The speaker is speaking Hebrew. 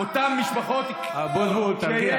אבוטבול, תרגיע.